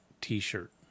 t-shirt